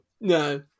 No